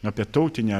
apie tautinę